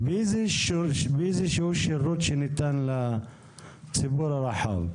באיזשהו שירות שניתן לציבור הרחב.